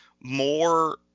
more –